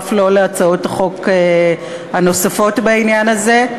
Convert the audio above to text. אף לא להצעות החוק הנוספות בעניין הזה.